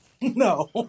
No